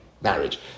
marriage